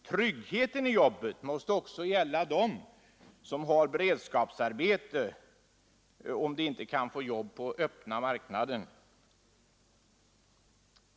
Tryggheten i jobbet måste också gälla den som har beredskapsarbete, om de inte kan få jobb på öppna marknaden.